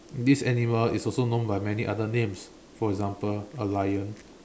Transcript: this animal is also known by many other names for example a lion